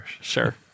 Sure